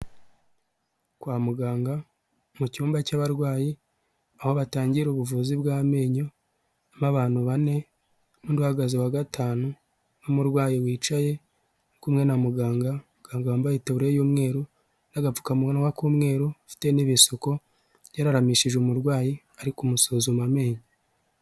Kwa muganga mu cyumba cy'abarwayi aho batangira ubuvuzi bw'amenyo harimo abantu bane n'uhagaze wa gatanu, n'umurwayi wicaye kumwe na mugangaga wambaye itaburiye y'umweru n'agapfukamunwa k'umweru ufite n'ibisuko yararamishije umurwayi arimo kumusuzuma amenyo.